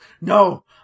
no